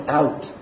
out